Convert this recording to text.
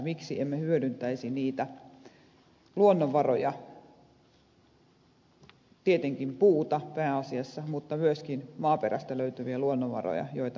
miksi emme hyödyntäisi niitä luonnonvaroja tietenkin puuta pääasiassa mutta myöskin maaperästä löytyviä luonnonvaroja joita meiltä täältä löytyy